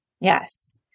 Yes